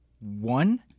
one